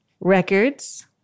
records